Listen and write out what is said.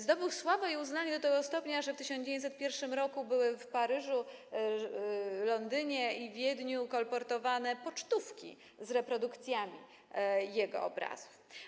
Zdobył sławę i uznanie do tego stopnia, że w 1901 r. były w Paryżu, Londynie i Wiedniu kolportowane pocztówki z reprodukcjami jego obrazów.